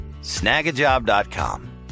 snagajob.com